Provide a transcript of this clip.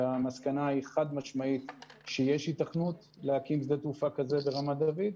והמסקנה היא שיש היתכנות להקים שדה תעופה כזה ברמת דוד.